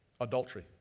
Adultery